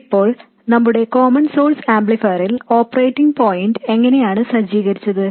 ഇപ്പോൾ നമ്മുടെ common source ആംപ്ലിഫയറിൽ ഓപ്പറേറ്റിംഗ് പോയിന്റ് എങ്ങനെയാണ് സജ്ജീകരിച്ചത്